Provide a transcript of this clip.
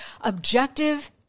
objective